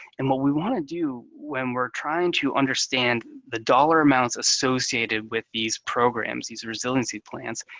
and what we want to do when we're trying to understand the dollar amounts associated with these programs, these resiliency plans,